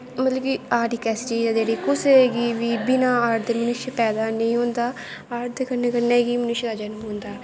art इक ऐसीचीज़ ऐ जेह्ड़ी कुसे गी बी बिना आर्ट दे किश पैदा नी होंदा आर्ट दे कन्ने कन्नै गै मनुश्ट दा जन्म होंदा ऐ